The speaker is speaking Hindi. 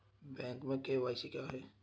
बैंक में के.वाई.सी क्या है?